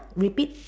repeat